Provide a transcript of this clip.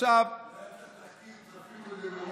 לא היה צריך תחקיר, צפינו את זה מראש.